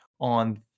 On